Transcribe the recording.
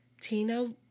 Tina